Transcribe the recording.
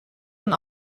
aan